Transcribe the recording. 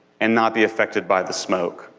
and not be affected by the smoke.